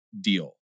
deal